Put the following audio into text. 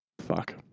Fuck